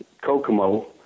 Kokomo